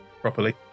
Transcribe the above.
properly